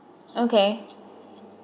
okay